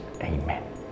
Amen